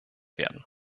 werden